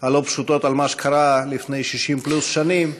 הלא-פשוטות על מה שקרה לפני 60 שנים פלוס,